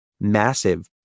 massive